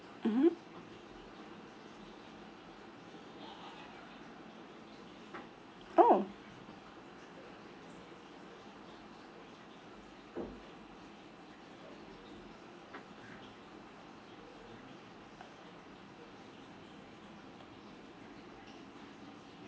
mmhmm oh